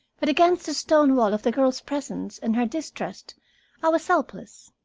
but against the stone wall of the girl's presence and her distrust i was helpless.